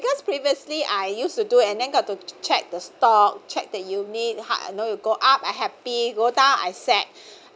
because previously I used to do and then got to check the stock check the unit !huh! you know you go up I happy go down I sad